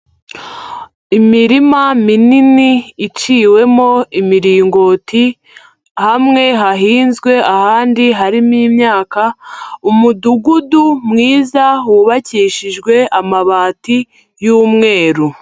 Imirima minini iciwemo imiringoti, hamwe hahinzwe, ahandi harimo imyaka, umudugudu mwiza, wubakishijwe amabati y'umweru.